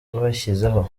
bashyizeho